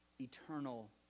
eternal